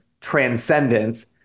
transcendence